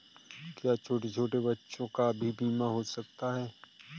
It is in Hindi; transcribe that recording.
क्या छोटे छोटे बच्चों का भी बीमा हो सकता है?